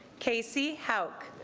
casey houck